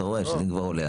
אתה רואה שאם כבר עולה,